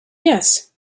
yes